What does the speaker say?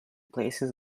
places